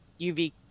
UV